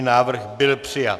Návrh byl přijat.